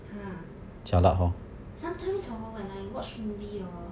!huh! sometimes hor when I watch movie hor